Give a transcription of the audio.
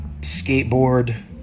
skateboard